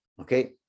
Okay